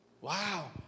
Wow